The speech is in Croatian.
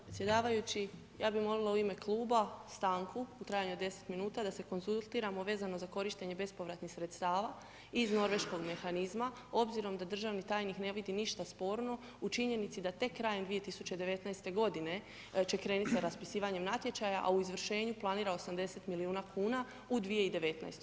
Predsjedavajući ja bih molila u ime kluba stanku u trajanju od 10 minuta da se konzultiramo vezano za korištenje bespovratnih sredstava iz Norveškog mehanizma, obzirom da državni tajnik ne vidi ništa sporno u činjenici da tek krajem 2019. godine će krenut sa raspisivanjem natječaja, a u izvršenju planira 80 milijuna kuna u 2019.